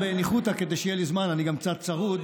בניחותא כדי שיהיה לי זמן, אני גם קצת צרוד.